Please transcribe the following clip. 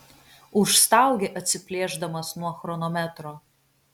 užstaugė atsiplėšdamas nuo chronometro